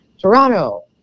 Toronto